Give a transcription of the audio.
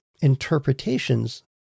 interpretations